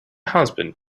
husband